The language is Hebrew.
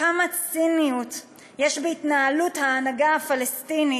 כמה ציניות יש בהתנהלות ההנהגה הפלסטינית,